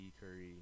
Curry